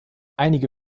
einige